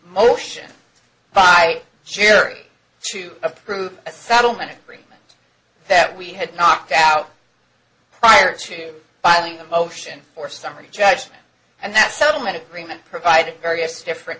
motion by jury to approve a settlement agreement that we had knocked out prior to filing a motion for summary judgment and that settlement agreement provided various different